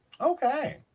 Okay